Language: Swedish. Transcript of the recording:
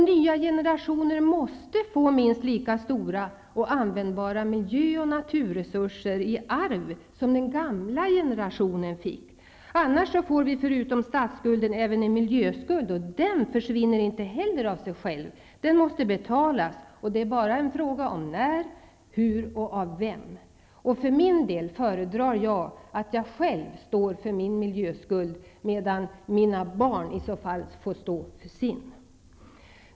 Nya generationer måste få minst lika stora och användbara miljö och naturresurser i arv som den gamla generationen fick -- annars får vi förutom statsskulden även en miljöskuld, och den försvinner inte heller av sig själv. Den måste betalas. Det är bara en fråga om när, hur och av vem. Jag föredrar att själv stå för min miljöskuld, medan mina barn får stå för sin.